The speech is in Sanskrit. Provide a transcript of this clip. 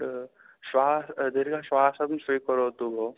द् श्वासं दीर्घश्वासं स्वीकरोतु भो